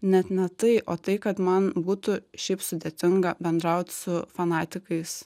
net ne tai o tai kad man būtų šiaip sudėtinga bendraut su fanatikais